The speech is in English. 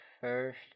first